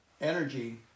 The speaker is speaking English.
energy